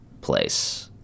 place